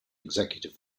executive